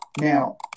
Now